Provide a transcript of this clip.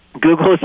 Google